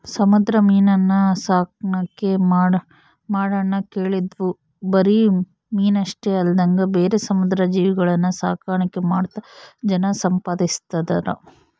ಸಮುದ್ರ ಮೀನುನ್ನ ಸಾಕಣ್ಕೆ ಮಾಡದ್ನ ಕೇಳಿದ್ವಿ ಬರಿ ಮೀನಷ್ಟೆ ಅಲ್ದಂಗ ಬೇರೆ ಸಮುದ್ರ ಜೀವಿಗುಳ್ನ ಸಾಕಾಣಿಕೆ ಮಾಡ್ತಾ ಜನ ಸಂಪಾದಿಸ್ತದರ